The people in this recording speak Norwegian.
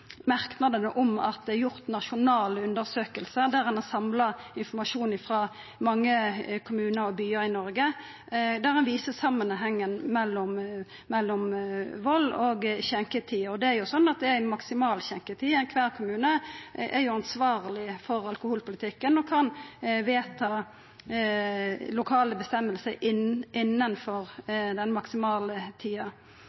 merknadene, at det er gjort nasjonale undersøkingar der ein har samla informasjon frå mange kommunar og byar i Noreg som viser samanhengen mellom vald og skjenketid. Det er jo slik at det er ei maksimal skjenketid, og kvar kommune er ansvarleg i alkoholpolitikken og kan vedta lokale føresegner innanfor den maksimaltida. Når det vert sagt at ein ikkje kan gå inn